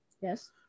Yes